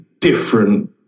different